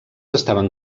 estaven